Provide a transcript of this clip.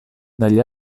dagli